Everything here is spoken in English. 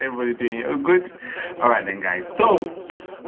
everyday ah good alright then guys so